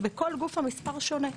בכל גוף המספר שונה.